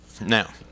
Now